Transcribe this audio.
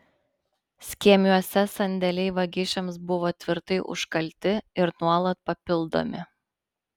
skėmiuose sandėliai vagišiams buvo tvirtai užkalti ir nuolat papildomi